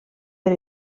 per